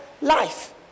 Life